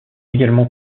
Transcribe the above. également